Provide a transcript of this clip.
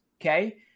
okay